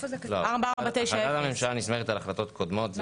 החלטת הממשלה נסמכת על החלטות קודמות.